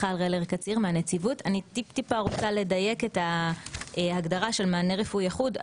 אני רוצה לדייק את ההגדרה של מענה רפואי אחוד.